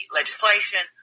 legislation